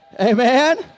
Amen